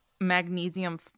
magnesium